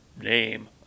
name